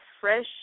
fresh